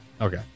Okay